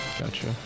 Gotcha